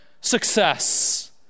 success